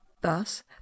Thus